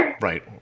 Right